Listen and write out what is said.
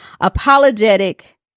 apologetic